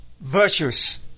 virtuous